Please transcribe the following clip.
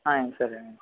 సరేనండీ